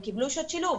הם קיבלו שעות שילוב.